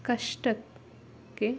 ಕಷ್ಟಕ್ಕೆ